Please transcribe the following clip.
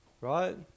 right